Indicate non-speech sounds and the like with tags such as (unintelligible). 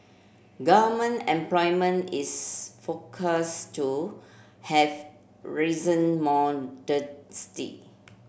government employment is forecast to have risen (unintelligible)